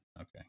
okay